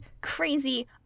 crazy